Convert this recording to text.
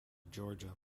georgia